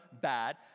bad